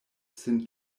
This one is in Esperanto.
sin